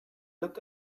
looked